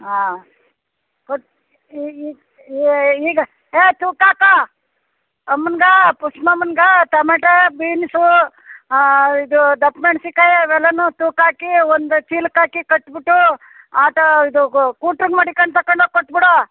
ಆಂ ಕೊಟ್ಟು ಈಗ ಏಯ್ ತೂಕ ಹಾಕೋ ಅಮ್ಮನ್ಗೆ ಪುಷ್ಪ ಅಮ್ಮಂಗೆ ಟಮಟ ಬೀನ್ಸು ಇದು ದಪ್ಪ ಮೆಣ್ಸಿನಕಾಯಿ ಅವೆಲ್ಲ ತೂಕ ಹಾಕಿ ಒಂದು ಚೀಲಕ್ಕೆ ಹಾಕಿ ಕಟ್ಬಿಟ್ಟು ಆಟಾ ಇದು ಕೂಟ್ರು ಮಡಿಕಂಡು ತಗಂಡ್ ಹೋಗಿ ಕೊಟ್ಬಿಡು